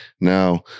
now